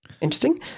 interesting